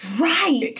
Right